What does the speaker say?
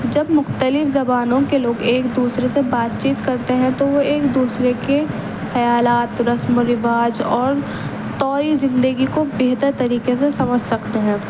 جب مختلف زبانوں کے لوگ ایک دوسرے سے بات چیت کرتے ہیں تو وہ ایک دوسرے کے خیالات رسم و رواج اور طوری زندگی کو بہتر طریقے سے سمجھ سکتے ہیں